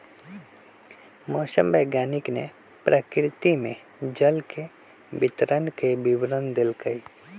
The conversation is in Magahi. मौसम वैज्ञानिक ने प्रकृति में जल के वितरण के विवरण देल कई